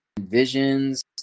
visions